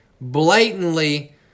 blatantly